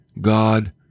God